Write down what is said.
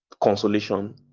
consolation